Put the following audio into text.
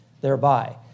thereby